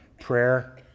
prayer